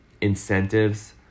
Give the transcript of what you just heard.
incentives